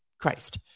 Christ